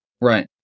Right